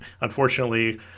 unfortunately